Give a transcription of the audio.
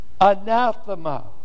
Anathema